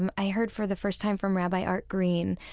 and i heard for the first time from rabbi art green,